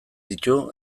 ditu